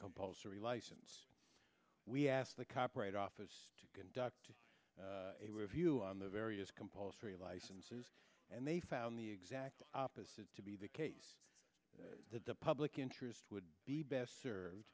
compulsory license we ask the copyright office to conduct a review on the various compulsory licenses and they found the exact opposite to be the case that the public interest would be best served